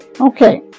Okay